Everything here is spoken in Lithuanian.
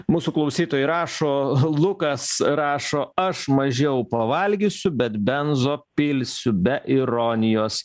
mūsų klausytojai rašo lukas rašo aš mažiau pavalgysiu bet benzo pilsiu be ironijos